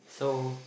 so